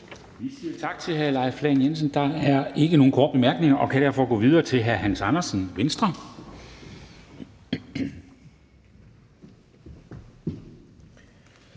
Vi siger tak til hr. Leif Lahn Jensen. Der er ikke nogen korte bemærkninger, og vi kan derfor gå videre til hr. Hans Andersen, Venstre.